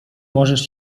możesz